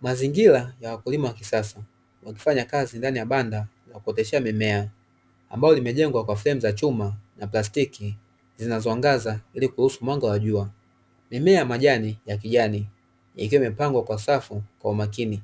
Mazingira ya wakulima wa kisasa wakifanya kazi ndani ya banda la kuoteshea mimea ambalo limejengwa kwa fremu za chuma na plastiki zinazoangaza ili kuruhusu mwanga wa jua. Mimea ya majani ya kijani ikiwa imepangwa kwa safu kwa makini